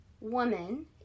woman